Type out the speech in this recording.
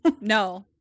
no